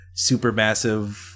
supermassive